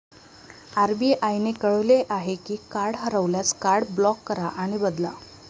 RBI ने कळवले आहे की कार्ड हरवल्यास, कार्ड ब्लॉक करा आणि बदला